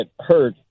hurt